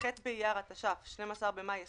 י"ח באייר התש"ף (12 במאי 2020)